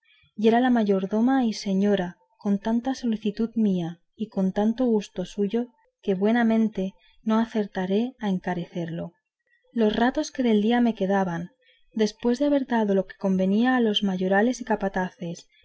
y era la mayordoma y señora con tanta solicitud mía y con tanto gusto suyo que buenamente no acertaré a encarecerlo los ratos que del día me quedaban después de haber dado lo que convenía a los mayorales a capataces